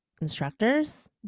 instructors